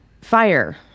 Fire